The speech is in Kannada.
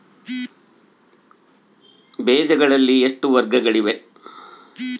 ಬೇಜಗಳಲ್ಲಿ ಎಷ್ಟು ವರ್ಗಗಳಿವೆ?